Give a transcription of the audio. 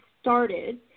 started